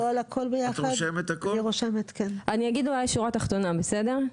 אני אגיד אולי שורה תחתונה, בסדר?